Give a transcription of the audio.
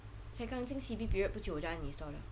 才刚进 C_B period 不久我就 uninstall liao